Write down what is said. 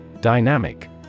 Dynamic